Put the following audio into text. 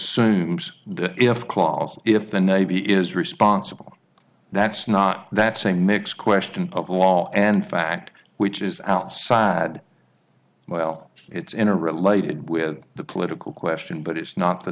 clause if the navy is responsible that's not that's a mix question of law and fact which is outside well it's in a related with the political question but it's not the